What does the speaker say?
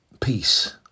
peace